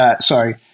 sorry